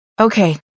Okay